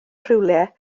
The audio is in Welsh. rhywle